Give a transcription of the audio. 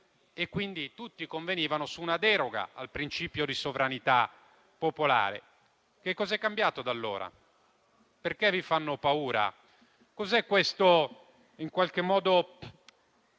e, quindi, tutti convenivano su una deroga al principio di sovranità popolare. Che cosa è cambiato da allora? Perché vi fanno paura? Cos'è questo portare alle